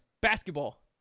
Basketball